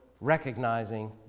recognizing